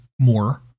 more